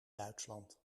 duitsland